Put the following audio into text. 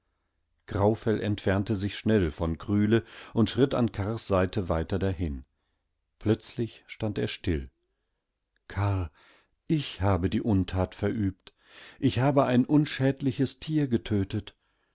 graufell entfernte sich schnell von kryle und schritt an karrs seite weiter dahin plötzlich stand er still karr ich habe die untat verübt ich habe ein unschädliches tier getötet